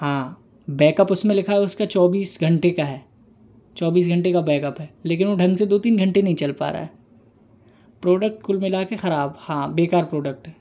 हाँ बैकअप उसमें लिखा है उसका चौबीस घंटे का है चौबीस घंटे का बैकअप है लेकिन वो ढंग से दो तीन घंटे नहीं चल पा रहा है प्रोडक्ट कुल मिलाकर खराब हाँ बेकार प्रोडक्ट है